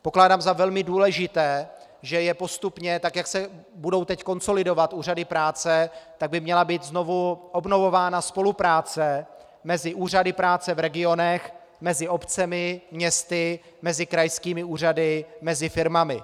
Pokládám za velmi důležité, že by postupně, tak jak se budou teď konsolidovat úřady práce, měla být znovu obnovována spolupráce mezi úřady práce v regionech, mezi obcemi, městy, mezi krajskými úřady, mezi firmami.